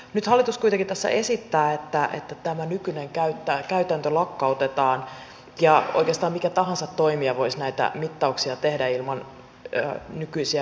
nyt hallitus kuitenkin tässä esittää että tämä nykyinen käytäntö lakkautetaan ja oikeastaan mikä tahansa toimija voisi näitä mittauksia tehdä ilman nykyisiä pätevyysvaatimuksia